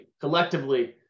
collectively